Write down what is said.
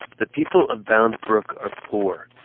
the people of bound brook are poor.